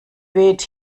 weht